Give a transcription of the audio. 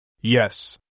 Yes